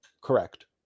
correct